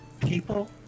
people